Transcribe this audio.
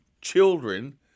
children